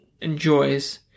enjoys